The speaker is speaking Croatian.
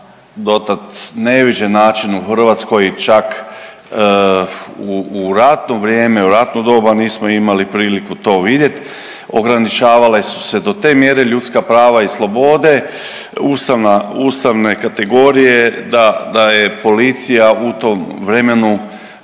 dotad neviđen način u Hrvatskoj čak u, u ratno vrijeme, u ratno doba nismo imali priliku to vidjet, ograničavale su se do te mjere ljudska prava i slobode, ustavna, ustavne kategorije da, da je policija u tom vremenu